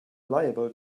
liable